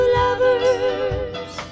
lovers